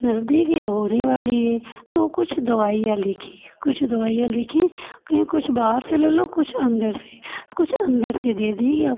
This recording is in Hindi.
नज़दीक है होने वाली है तो ओ कुछ दवाइयाँ लिखी कुछ दवाइयाँ लिखीं कहीं कुछ बाहर से ले लो कुछ अंदर से तो कुछ अंदर से दे दीं या